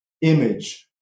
image